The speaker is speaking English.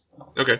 Okay